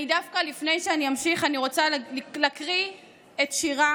אני דווקא, לפני שאני אמשיך, רוצה להקריא את שירה